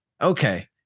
Okay